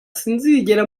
sinzigera